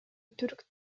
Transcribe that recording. түрк